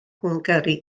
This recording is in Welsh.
hwngari